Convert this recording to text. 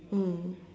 mm